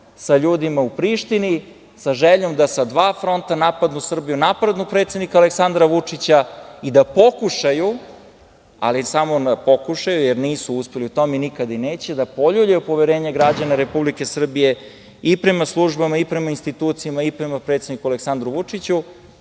sa ljudima u Prištini, sa željom da sa dva fronta napadnu Srbiju, napadnu predsednika Aleksandra Vučića i da pokušaju, ali samo na pokušaju, jer nisu uspeli u tome i nikada neće, da poljuljaju poverenje građana Republike Srbije i prema službama i prema institucijama i prema predsedniku Aleksandru Vučiću. Neće